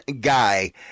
guy